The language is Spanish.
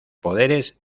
poderes